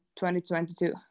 2022